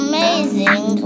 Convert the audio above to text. Amazing